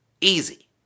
easy